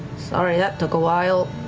sorry that took a while.